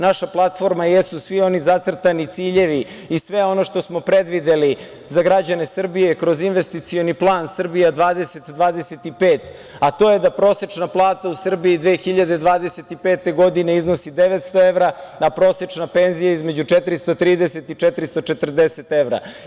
Naša platforma jesu svi oni zacrtani ciljevi i sve ono što smo predvideli za građane Srbije kroz Investicioni plan „Srbija 2025“, a to je da prosečna plata u Srbiji 2025. godine iznosi 900 evro, da prosečna penzija između 430 i 440 evra.